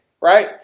right